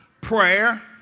Prayer